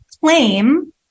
claim